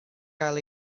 gael